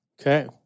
Okay